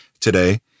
today